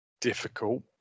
difficult